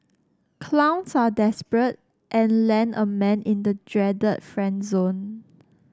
clowns are desperate and land a man in the dreaded friend zone